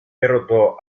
derrotó